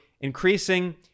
increasing